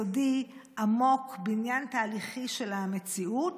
יסודי, עמוק, בעניין תהליכי מציאות.